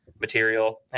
material